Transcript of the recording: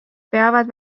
peavad